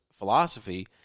philosophy